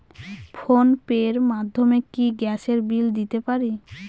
Phone pay র মাধ্যমে কি গ্যাসের বিল দিতে পারি?